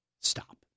Stop